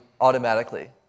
automatically